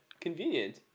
convenient